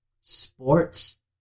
sports